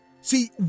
See